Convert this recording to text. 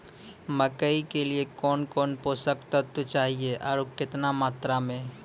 मकई के लिए कौन कौन पोसक तत्व चाहिए आरु केतना मात्रा मे?